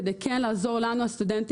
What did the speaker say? כדי כן לאפשר לעזור לנו הסטודנטים